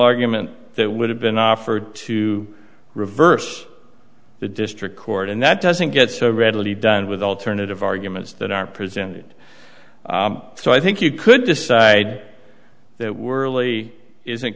argument that would have been offered to reverse the district court and that doesn't get so readily done with alternative arguments that are presented so i think you could decide that worley isn't